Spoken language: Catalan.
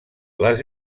les